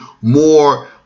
more